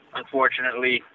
unfortunately